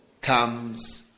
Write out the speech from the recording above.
comes